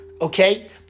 Okay